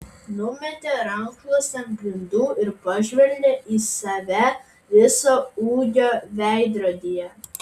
numetė rankšluostį ant grindų ir pažvelgė į save viso ūgio veidrodyje